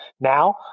Now